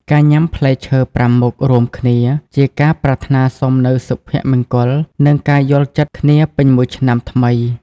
ការញ៉ាំ "ផ្លែឈើប្រាំមុខ" រួមគ្នា ជាការប្រាថ្នាសុំនូវសុភមង្គល និងការយល់ចិត្តគ្នាពេញមួយឆ្នាំថ្មី។